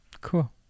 cool